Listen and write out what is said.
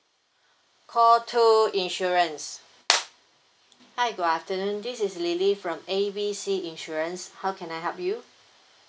call two insurance hi good afternoon this is lily from A B C insurance how can I help you